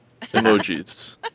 emojis